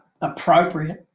appropriate